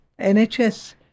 NHS